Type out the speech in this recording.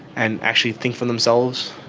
and actually think for themselves.